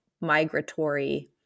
migratory